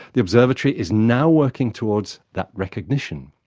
the observatory is now working towards that recognition.